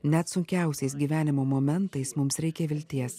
net sunkiausiais gyvenimo momentais mums reikia vilties